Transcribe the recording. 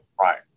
right